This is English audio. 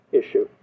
issue